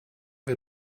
wir